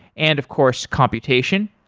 and of course computation.